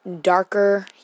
darker